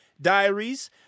diaries